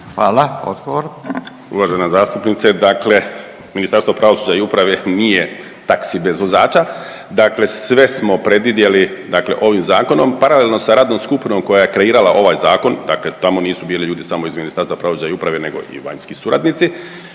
Juro** Uvažena zastupnice, dakle Ministarstvo pravosuđa i uprave nije taksi bez vozača. Dakle, sve smo predvidjeli, dakle ovim zakonom. Paralelno sa radnom skupinom koja je kreirala ovaj zakon, dakle tamo nisu bili samo ljudi iz Ministarstva pravosuđa i uprave nego i vanjski suradnici.